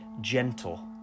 gentle